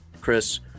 Chris